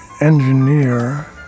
engineer